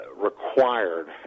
required